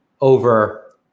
over